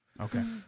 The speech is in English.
Okay